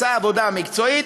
עשה עבודה מקצועית,